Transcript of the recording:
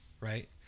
right